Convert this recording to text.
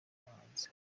buhanzi